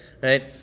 Right